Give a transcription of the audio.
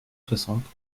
soixante